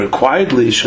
quietly